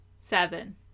seven